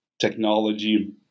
technology